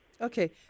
Okay